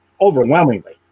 overwhelmingly